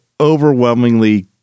overwhelmingly